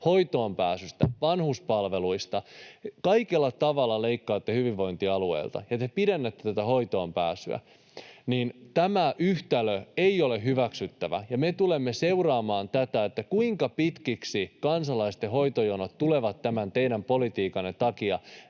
hoitoonpääsystä, vanhuspalveluista, kaikella tavalla leikkaatte hyvinvointialueilta, ja te pidennätte tätä hoitoonpääsyä. Tämä yhtälö ei ole hyväksyttävä, ja me tulemme seuraamaan tätä, kuinka pitkiksi kansalaisten hoitojonot tulevat tämän teidän politiikkanne takia